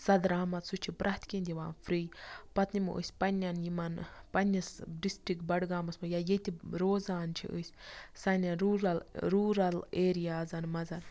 سَد رحمت سُہ چھُ پرٛٮ۪تھ کینٛہہ دِوان فری پَتہٕ نِمو أسۍ پَننٮ۪ن یِمَن پَننِس ڈسٹرک بَڈگامَس مَنٛز یا ییٚتہِ روزان چھِ أسۍ سانٮ۪ن روٗلَر روٗرَل ایریازَن مَنٛز